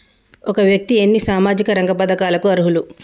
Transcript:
ఒక వ్యక్తి ఎన్ని సామాజిక రంగ పథకాలకు అర్హులు?